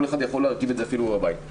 כל אחד יכול להרכיב את זה אפילו בבית.